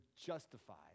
justified